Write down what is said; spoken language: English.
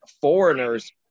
foreigners